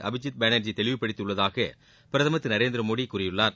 அபிஜித் பானர்ஜி தெளிவுப்படுத்தியுள்ளதாக பிரதமர் திரு நரேந்திரமோடி கூறியுள்ளார்